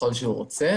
ככל שהוא רוצה,